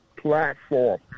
Platform